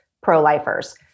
pro-lifers